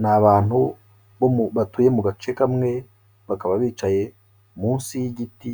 Ni abantu bo batuye mu gace kamwe, bakaba bicaye munsi y'igiti